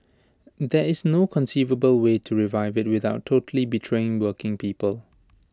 there is no conceivable way to revive IT without totally betraying working people